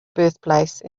birthplace